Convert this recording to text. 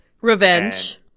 revenge